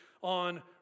on